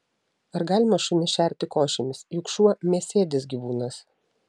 ar galima šunis šerti košėmis juk šuo mėsėdis gyvūnas